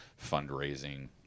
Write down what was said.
fundraising